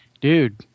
dude